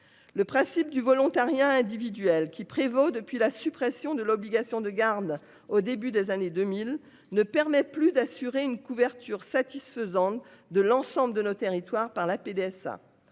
Le principe du volontariat individuel qui prévaut depuis la suppression de l'obligation de garde au début des années 2000 ne permet plus d'assurer une couverture satisfaisante de l'ensemble de nos territoires par la PDSA